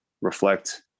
reflect